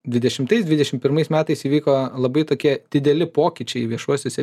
dvidešimtais dvidešim pirmais metais įvyko labai tokie dideli pokyčiai viešuosiuose